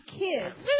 kids